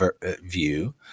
view